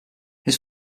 his